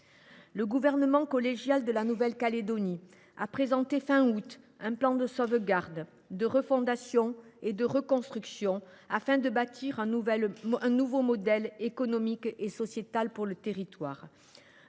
Le gouvernement collégial de la Nouvelle Calédonie a présenté à la fin août un plan de sauvegarde, de refondation et de reconstruction destiné à bâtir un nouveau modèle économique et sociétal. Le congrès